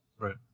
Right